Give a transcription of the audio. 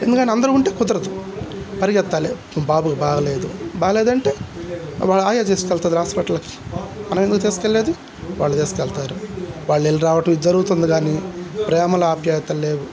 ఎందుకంటా అందరూ ఉంటే కుదరదు పరిగెత్తాలి బాబుకి బాగోలేదు బాగోలేదు అంటే వాళ్ళు ఆయా తీసుకెళుతుంది హాస్పిటల్కి మనం ఎందుకు తీసుకెళ్ళేది వాళ్ళు తీసుకెళతారు వాళ్ళు వెళ్ళి రావటం ఇది జరుగుతుంది కానీ ప్రేమలు ఆప్యాయతలు లేవు